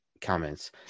comments